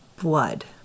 blood